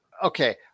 Okay